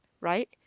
right